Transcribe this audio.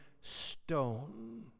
stone